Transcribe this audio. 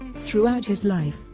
throughout his life,